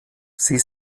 sie